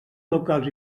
locals